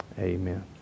amen